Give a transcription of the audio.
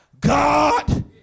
God